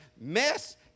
mess